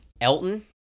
Elton